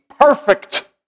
perfect